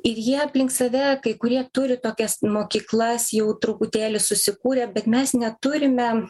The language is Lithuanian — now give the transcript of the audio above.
ir jie aplink save kai kurie turi tokias mokyklas jau truputėlį susikūrė bet mes neturime